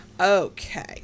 Okay